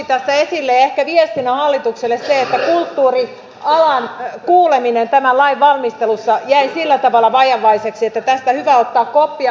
ehkä viestinä on hallitukselle se että kulttuurialan kuuleminen tämän lain valmistelussa jäi sillä tavalla vajavaiseksi että tästä on hyvä ottaa koppia